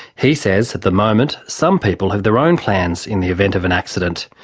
he says at the moment some people have their own plans in the event of an accident,